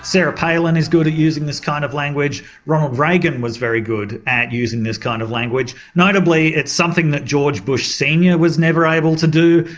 sarah palin is good at using this kind of language, ronald reagan was very good at using this kind of language. notably it's something that george bush senior was never able to do.